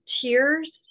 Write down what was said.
tears